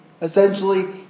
Essentially